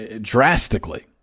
drastically